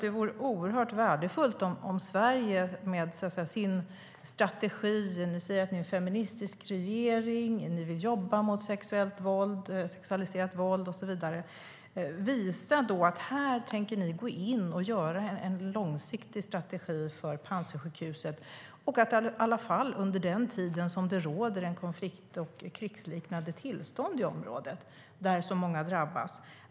Det vore oerhört värdefullt om Sverige med sin strategi - ni säger ju att ni är en feministisk regering och att ni vill jobba mot sexualiserat våld och så vidare - visar att man går in och gör en långsiktig strategi för Panzisjukhuset, i alla fall under den tid det råder en konflikt och ett krigsliknande tillstånd i området, där många drabbas.